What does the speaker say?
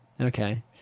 okay